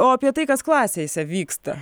o apie tai kas klasėse vyksta